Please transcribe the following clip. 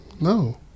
No